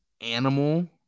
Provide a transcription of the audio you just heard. animal